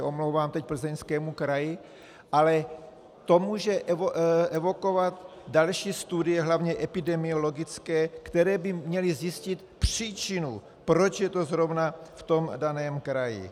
Omlouvám se teď Plzeňskému kraji, ale to může evokovat další studie, hlavně epidemiologické, které by měly zjistit příčinu, proč je to zrovna v tom daném kraji.